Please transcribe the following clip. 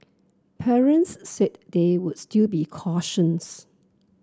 parents said they would still be cautious